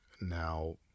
Now